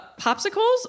popsicles